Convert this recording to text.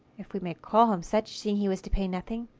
if we may call him such, seeing he was to pay nothing,